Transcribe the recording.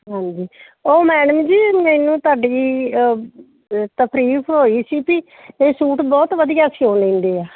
ਹਾਂਜੀ ਉਹ ਮੈਡਮ ਜੀ ਮੈਨੂੰ ਤੁਹਾਡੀ ਤਫਰੀਫ ਹੋਈ ਸੀ ਵੀ ਇਹ ਸੂਟ ਬਹੁਤ ਵਧੀਆ ਸਿਓ ਲੈਂਦੇ ਆ